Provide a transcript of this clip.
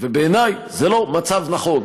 ובעיני זה לא מצב נכון.